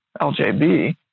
LJB